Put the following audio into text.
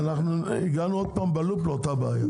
הגענו שוב בלופ לאותה בעיה.